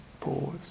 pause